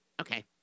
Okay